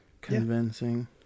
Convincing